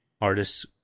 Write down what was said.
artist's